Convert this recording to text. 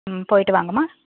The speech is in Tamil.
ம் போய்விட்டு வாங்கம்மா